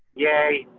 yay.